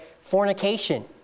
fornication